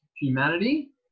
humanity